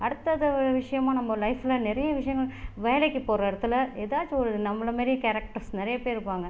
அடுத்தத விஷயமாக லைப்பில் நிறைய விஷயங்கள் வேலைக்கு போகிற இடத்தில் ஏதாச்சும் ஒரு நம்மள மாதிரி கேரக்டர்ஸ் நிறைய பேர் இருப்பாங்கள்